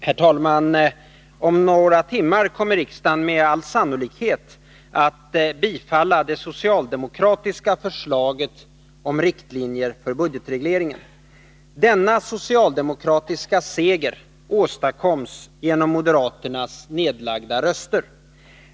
Herr talman! Om några timmar kommer riksdagen med all sannolikhet att bifalla det socialdemokratiska förslaget till riktlinjer för budgetregleringen. Denna socialdemokratiska seger åstadkoms genom moderaternas nedlagda röster.